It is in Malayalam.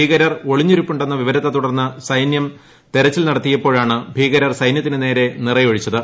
ഭീകരർ ഒളിഞ്ഞിരിപ്പുണ്ടെന്ന വിവരത്തെ തുടർന്ന് സൈനൃം തെരച്ചിൽ നടത്തിയപ്പോഴാണ് ഭീകരർ സൈന്യത്തിനു നേരെ നിറയൊഴിച്ചത്